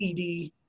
ED